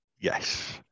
Yes